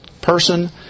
person